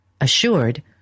assured